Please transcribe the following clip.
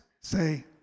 say